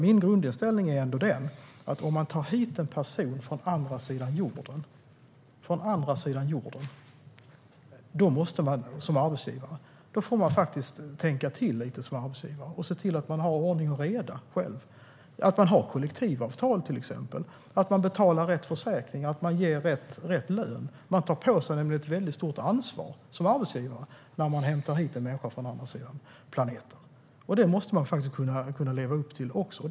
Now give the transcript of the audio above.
Min grundinställning är ändå att om man tar hit en person från andra sidan jorden, då måste man som arbetsgivare tänka till lite grann och se till att man har ordning och reda. Man måste se till att man till exempel har kollektivavtal och att man betalar rätt försäkring och ger rätt lön. Man tar på sig ett stort ansvar som arbetsgivare när man hämtar hit en människa från andra sidan jorden. Det måste man faktiskt kunna leva upp till.